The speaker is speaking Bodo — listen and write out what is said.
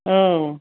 औ